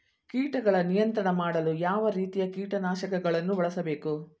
ಕೀಟಗಳ ನಿಯಂತ್ರಣ ಮಾಡಲು ಯಾವ ರೀತಿಯ ಕೀಟನಾಶಕಗಳನ್ನು ಬಳಸಬೇಕು?